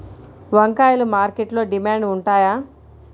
వంకాయలు మార్కెట్లో డిమాండ్ ఉంటాయా?